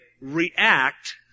react